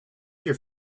your